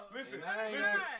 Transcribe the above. Listen